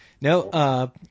No